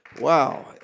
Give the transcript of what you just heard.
Wow